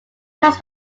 cuts